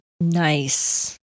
Nice